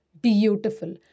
beautiful